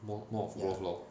more more of growth lor